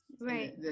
right